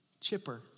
Chipper